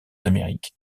amériques